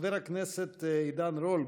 חבר הכנסת עידן רול,